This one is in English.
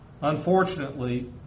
Unfortunately